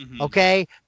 Okay